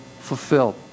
fulfilled